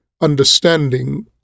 understanding